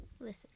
Listen